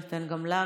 ניתן גם לה,